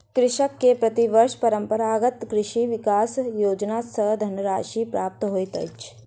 कृषक के प्रति वर्ष परंपरागत कृषि विकास योजना सॅ धनराशि प्राप्त होइत अछि